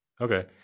Okay